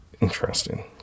Interesting